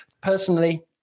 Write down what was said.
Personally